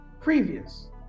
previous